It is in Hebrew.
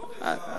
זאת היתה,